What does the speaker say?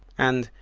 and,